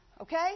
okay